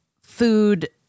food